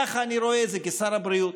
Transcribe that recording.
ככה אני רואה את זה כשר בריאות.